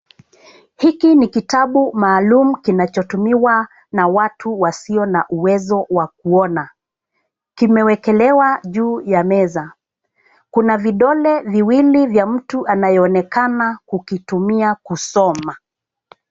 Hili ni kitabu maalum kinachotumiwa na watu wasio na uwezo wa kuona. Kimewekelewa juu ya meza. Kuna vidole viwili vya mtu anayeonekana kukitumia kusoma.